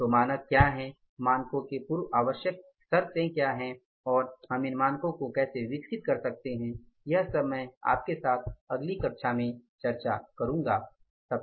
तो मानक क्या हैं मानकों के पूर्व आवश्यक क्या हैं और हम इन मानकों को कैसे विकसित कर सकते हैं यह सब मैं आपके साथ अगली कक्षा में चर्चा करूंगा